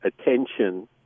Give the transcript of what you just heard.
attention